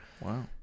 Wow